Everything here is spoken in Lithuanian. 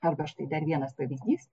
arba štai dar vienas pavyzdys